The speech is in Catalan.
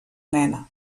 nena